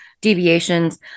deviations